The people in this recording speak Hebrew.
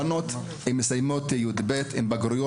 לכן יותר בנות מסיימות כיתה י״ב ומסיימות עם תעודת בגרות.